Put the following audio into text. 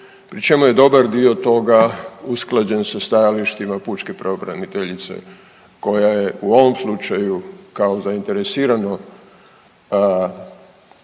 pri čemu je dobar dio toga usklađen sa stajalištima pučke pravobraniteljice koja je u ovom slučaju kao zainteresirano